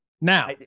Now